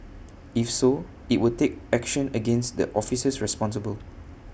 if so IT will take action against the officers responsible